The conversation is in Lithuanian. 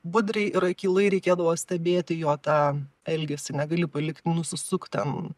budriai ir akylai reikėdavo stebėti jo tą elgesį negali palikt nusisukt ten